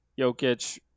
Jokic